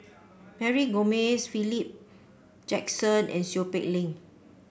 Mary Gomes Philip Jackson and Seow Peck Leng